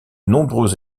nombreux